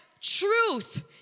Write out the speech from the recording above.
truth